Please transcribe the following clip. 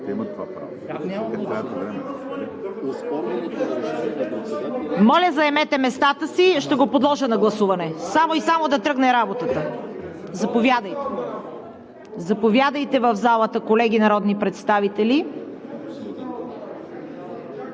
Моля, заемете местата си. Ще го подложа на гласуване само и само да тръгне работата. Заповядайте в залата, колеги народни представители.